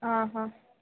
ಆಂ ಹಾಂ